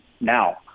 now